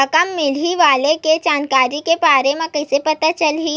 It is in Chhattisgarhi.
रकम मिलही वाले के जानकारी के बारे मा कइसे पता चलही?